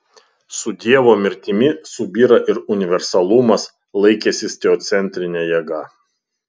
su dievo mirtimi subyra ir universalumas laikęsis teocentrine jėga